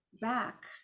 back